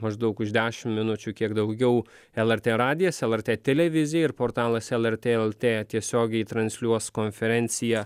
maždaug už dešim minučių kiek daugiau lrt radijas lrt televizija ir portalas lrt lt tiesiogiai transliuos konferenciją